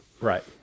Right